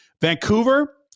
Vancouver